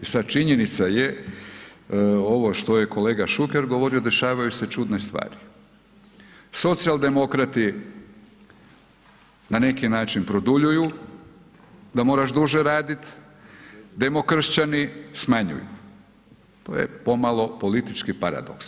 I sada činjenica je ovo što je kolega Šuker govorio, dešavaju se čudne stvari, socijaldemokrati na neki način produljuju da moraš duže raditi, demokršćani smanjuju, to je pomalo politički paradoks.